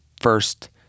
first